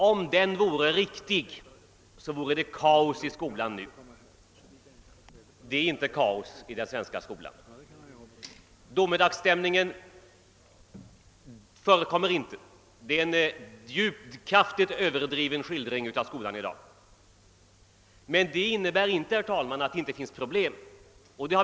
Om detta vore riktigt skulle det råda kaos i skolan. Det är inte kaos i den svenska skolan. Någon domedagsstämning förekommer inte. Det är en kraftigt överdriven skildring av skolan i dag. Men detta innebär inte, herr talman, att det inte finns problem.